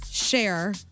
Share